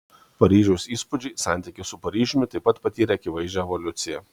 paryžiaus įspūdžiai santykis su paryžiumi taip pat patyrė akivaizdžią evoliuciją